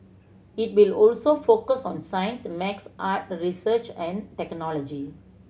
it will also focus on science art research and technology